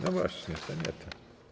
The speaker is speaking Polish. No właśnie, to nie to.